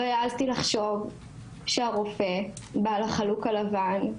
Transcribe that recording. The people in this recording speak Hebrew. לא העזתי לחשוב שהרופא בעל החלוק הלבן,